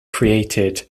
created